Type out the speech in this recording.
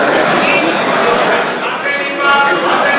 מה זה ליבה?